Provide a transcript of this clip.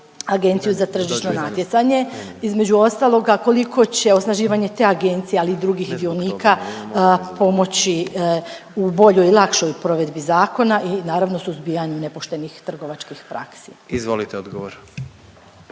Agenciju za zaštitu tržišnog natjecanja, između ostaloga, koliko će osnaživanje te Agencije, ali i drugih dionika pomoći u boljoj i lakšoj provedbi zakona i naravno, suzbijanju nepoštenih trgovačkih praksi. **Jandroković,